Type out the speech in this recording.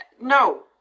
No